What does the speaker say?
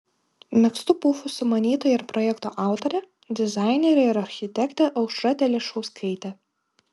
megztų pufų sumanytoja ir projekto autorė dizainerė ir architektė aušra telišauskaitė